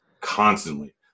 constantly